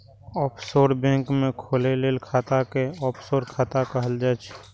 offshore bank मे खोलाएल खाता कें ऑफसोर खाता कहल जाइ छै